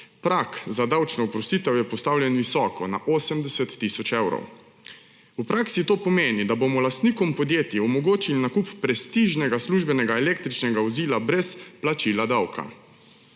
Prag za davčno oprostitev je postavljen visoko, na 80 tisoč evrov. V praksi to pomeni, da bomo lastnikom podjetij omogočili nakup prestižnega službenega električnega vozila brez plačila davka,